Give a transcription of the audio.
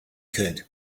could